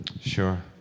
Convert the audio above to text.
Sure